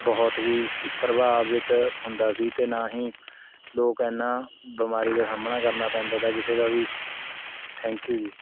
ਬਹੁਤ ਹੀ ਪ੍ਰਭਾਵਿਤ ਹੁੰਦਾ ਸੀ ਅਤੇ ਨਾ ਹੀ ਲੋਕ ਐਨਾਂ ਬਿਮਾਰੀ ਦਾ ਸਾਹਮਣਾ ਕਰਨਾ ਪੈਂਦਾ ਤਾ ਕਿਸੇ ਦਾ ਵੀ ਥੈਂਕ ਯੂ ਜੀ